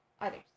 others